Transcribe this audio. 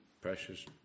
precious